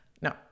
No